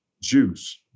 Juice